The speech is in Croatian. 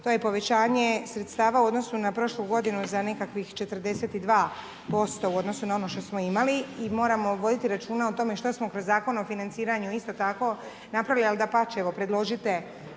To je povećanje sredstava u odnosu na prošlu godinu za nekakvih 42% u odnosu na ono što smo imali i moramo voditi računa o tome što smo kroz Zakon o financiranju isto tako napravili